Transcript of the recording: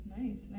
Nice